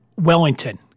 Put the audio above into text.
Wellington